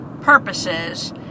purposes